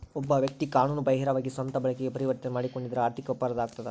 ಒಬ್ಬ ವ್ಯಕ್ತಿ ಕಾನೂನು ಬಾಹಿರವಾಗಿ ಸ್ವಂತ ಬಳಕೆಗೆ ಪರಿವರ್ತನೆ ಮಾಡಿಕೊಂಡಿದ್ದರೆ ಆರ್ಥಿಕ ಅಪರಾಧ ಆಗ್ತದ